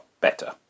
better